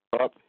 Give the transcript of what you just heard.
up